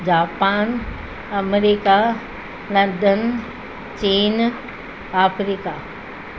Japan America London चीन Africa